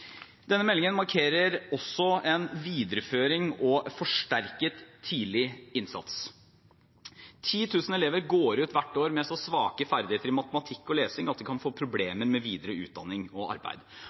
Denne meldingen markerer også en videreføring og en forsterket tidlig innsats. 10 000 elever går ut hvert år med så svake ferdigheter i matematikk og lesing at de kan få